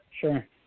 Sure